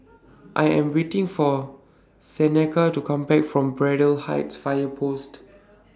I Am waiting For Seneca to Come Back from Braddell Heights Fire Post